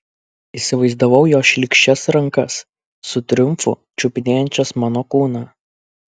įsivaizdavau jo šlykščias rankas su triumfu čiupinėjančias mano kūną